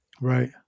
Right